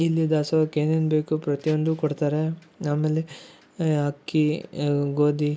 ಇಲ್ಲಿ ದಾಸೋಹಕ್ಕೆ ಏನೇನು ಬೇಕು ಪ್ರತಿಯೊಂದು ಕೊಡ್ತಾರೆ ಆಮೇಲೆ ಅಕ್ಕಿ ಗೋದಿ